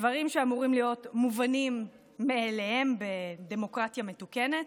דברים שאמורים להיות מובנים מאליהם בדמוקרטיה מתוקנת.